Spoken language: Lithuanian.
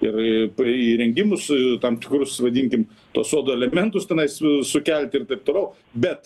ir prie įrengimus tam tikrus vadinkim to sodo elementus tenais sukelti ir taip toliau bet